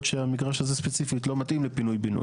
שהמגרש הזה ספציפית לא מתאים לפינוי בינוי.